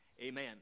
Amen